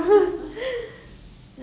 我很 cheapskate so